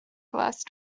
last